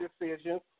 decisions